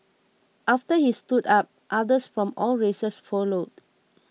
after he stood up others from all races followed